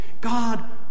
God